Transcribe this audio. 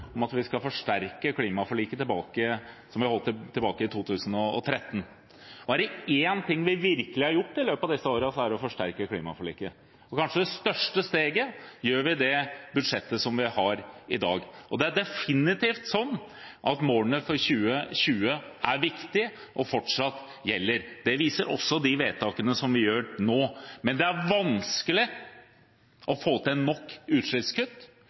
om at vi skal forsterke klimaforliket fra 2013. Er det én ting vi virkelig har gjort i løpet av disse årene, er det å forsterke klimaforliket. Kanskje det største steget tar vi i det budsjettet vi behandler i dag. Det er definitivt slik at målene for 2020 er viktige og fortsatt gjelder. Det viser også de vedtakene som vi fatter nå. Det er vanskelig å få til nok utslippskutt,